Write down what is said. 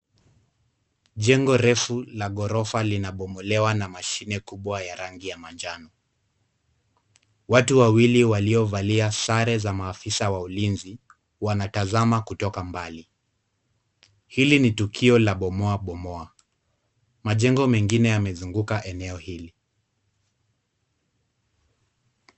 Jengo refu la ghorofa linabomolewa na mashine kubwa ya rangi ya manjano. Watu wawili waliovalia sare za maafisa wa ulinzi wanatazama kutoka mbali. Hili ni tukio la bomoa bomoa. Majengo mengine yamezunguka eneo hili.